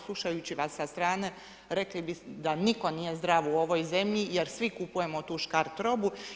Slušajući vas sa strane rekli bi da nitko nije zdrav u ovoj zemlji jer svi kupujemo tu škart robu.